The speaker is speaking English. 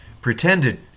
pretended